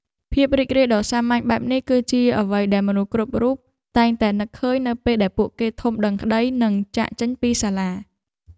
ភាពរីករាយដ៏សាមញ្ញបែបនេះគឺជាអ្វីដែលមនុស្សគ្រប់រូបតែងតែនឹកឃើញនៅពេលដែលពួកគេធំដឹងក្តីនិងចាកចេញពីសាលា។